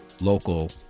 local